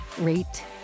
rate